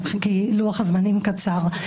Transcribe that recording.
כי לוח-הזמנים קצר,